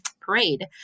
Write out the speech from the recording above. parade